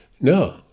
No